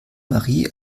marie